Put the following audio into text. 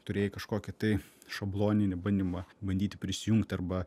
turėjai kažkokį tai šabloninį bandymą bandyti prisijungti arba